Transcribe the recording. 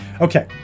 Okay